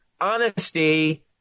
honesty –